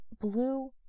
blue